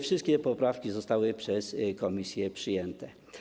Wszystkie poprawki zostały przez komisję przyjęte.